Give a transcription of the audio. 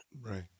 Right